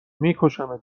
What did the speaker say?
میکشمت